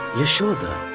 yashoda!